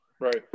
Right